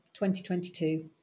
2022